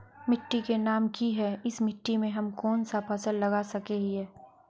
मिट्टी के नाम की है इस मिट्टी में हम कोन सा फसल लगा सके हिय?